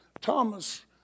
Thomas